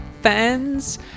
fans